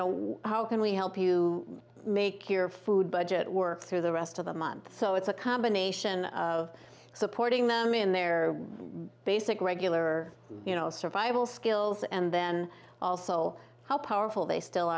know how can we help you make your food budget work through the rest of the month so it's a combination of supporting them in their basic regular you know survival skills and then also how powerful they still